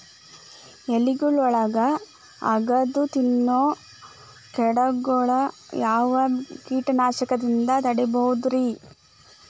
ಎಲಿಗೊಳ್ನ ಅಗದು ತಿನ್ನೋ ಕೇಟಗೊಳ್ನ ಯಾವ ಕೇಟನಾಶಕದಿಂದ ತಡಿಬೋದ್ ರಿ?